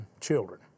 children